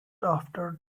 after